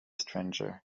stranger